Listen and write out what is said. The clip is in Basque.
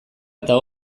eta